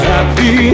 Happy